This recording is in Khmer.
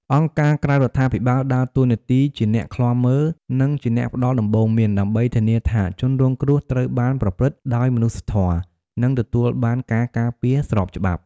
អង្គការក្រៅរដ្ឋាភិបាលដើរតួនាទីជាអ្នកឃ្លាំមើល និងជាអ្នកផ្ដល់ដំបូន្មាន ដើម្បីធានាថាជនរងគ្រោះត្រូវបានប្រព្រឹត្តដោយមនុស្សធម៌ និងទទួលបានការការពារស្របច្បាប់។